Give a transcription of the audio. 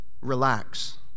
relax